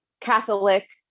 Catholic